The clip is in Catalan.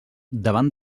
davant